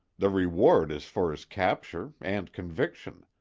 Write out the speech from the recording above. the reward is for his capture and conviction.